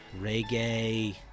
reggae